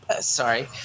Sorry